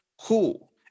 cool